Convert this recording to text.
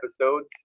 episodes